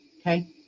Okay